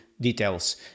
details